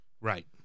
Right